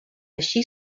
així